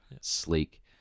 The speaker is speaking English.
sleek